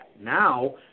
Now